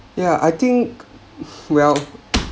ya I think well